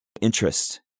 interest